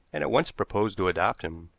and at once proposed to adopt him.